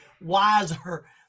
wiser